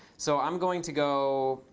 so i'm going to go